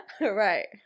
Right